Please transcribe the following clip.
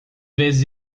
vezes